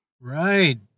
Right